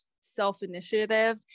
self-initiative